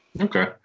Okay